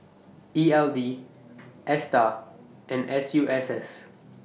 E L D ASTAR and S U S S